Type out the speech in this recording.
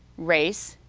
race,